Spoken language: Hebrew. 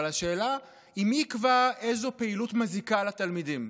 אבל השאלה היא מי יקבע איזו פעילות מזיקה לתלמידים.